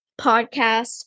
podcast